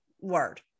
word